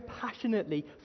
passionately